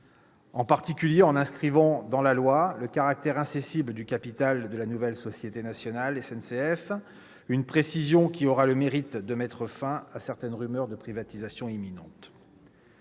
notamment en inscrivant dans la loi le caractère incessible du capital de la nouvelle société nationale SNCF. Cette précision aura le mérite de mettre fin à certaines rumeurs de privatisation imminente.